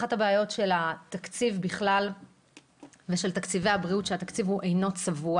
אחת הבעיות של התקציב בכלל ושל תקציבי הבריאות הוא שהתקציב אינו צבוע.